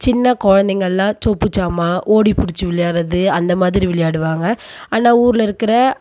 சின்ன கொழந்தங்கள்லாம் சொப்பு சாமா ஓடி புடிச்சு விளையாடுறது அந்த மாதிரி விளையாடுவாங்க ஆனால் ஊரில் இருக்கிற